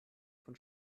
von